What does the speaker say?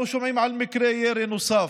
אנחנו שומעים על מקרה ירי נוסף,